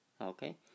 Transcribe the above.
Okay